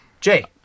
Jay